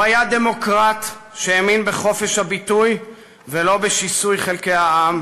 הוא היה דמוקרט שהאמין בחופש הביטוי ולא בשיסוי חלקי העם,